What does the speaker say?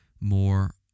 more